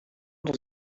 dans